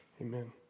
Amen